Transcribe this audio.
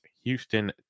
Houston